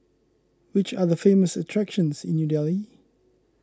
which are the famous attractions in New Delhi